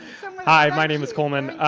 um hi, my name is coleman.